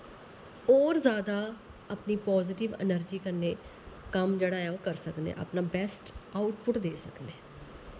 होर ज्यादा अपनी पाज़टिव इनार्जी कन्नै कम्म जेह्ड़ा ऐ ओह् करी सकने आं अपना बैस्ट आउटपुट देई सकनें